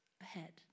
ahead